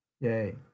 Yay